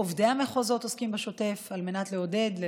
עובדי המחוזות עוסקים בשוטף בלעודד את הרשויות,